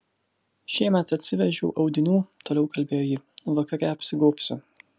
šiemet atsivežiau audinių toliau kalbėjo ji vakare apsigobsiu